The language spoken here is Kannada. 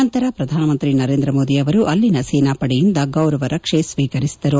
ನಂತರ ಪ್ರಧಾನಮಂತ್ರಿ ನರೇಂದ್ರ ಮೋದಿ ಅವರು ಅಲ್ಲಿನ ಸೇನಾಪಡೆಯಿಂದ ಗೌರವ ರಕ್ಷೆ ಸ್ವೀಕರಿಸಿದರು